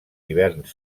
hiverns